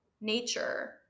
nature